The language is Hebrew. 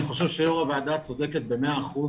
אני חושב שיו"ר הוועדה צודקת במאה אחוז